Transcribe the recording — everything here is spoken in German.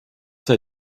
sei